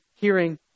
hearing